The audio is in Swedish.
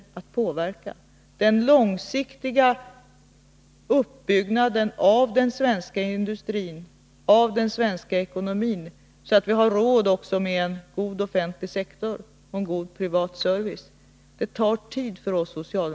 Det tar tid för oss socialdemokrater att genomföra den långsiktiga uppbyggnaden av den svenska industrin och av den svenska ekonomin, så att vi också har råd med en god offentlig sektor och en god privat service.